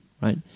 right